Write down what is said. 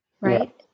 Right